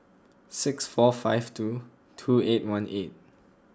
six four five two two eight one eight